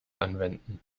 anwenden